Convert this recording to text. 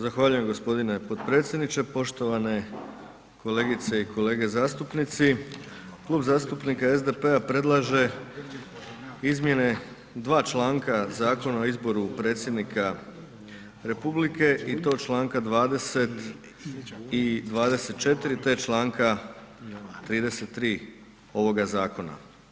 Zahvaljujem g. potpredsjedniče, poštovane kolegice i kolege zastupnici, Klub zastupnika SDP-a predlaže izmjene dva članka Zakona o izboru predsjednika republike i to čl. 20. i 24., te čl. 33. ovoga zakona.